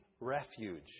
refuge